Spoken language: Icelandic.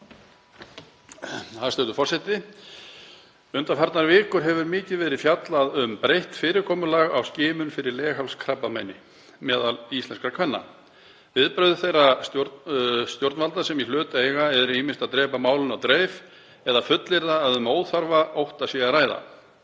Hæstv. forseti. Undanfarnar vikur hefur mikið verið fjallað um breytt fyrirkomulag á skimun fyrir leghálskrabbameini meðal íslenskra kvenna. Viðbrögð þeirra stjórnvalda sem í hlut eiga eru ýmist að drepa málinu á dreif eða fullyrða að um óþarfa ótta sé að ræða.